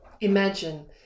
Imagine